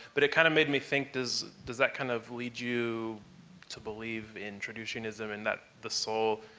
but it kind of made me think does does that kind of lead you to believe in traditionalism and that the soul,